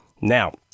Now